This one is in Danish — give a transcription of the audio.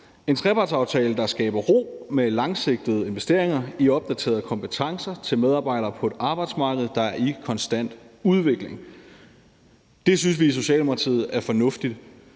en trepartsaftale, der skaber ro med langsigtede investeringer i opdaterede kompetencer til medarbejdere på et arbejdsmarked, der er i konstant udvikling. Det synes vi i Socialdemokratiet er fornuftigt,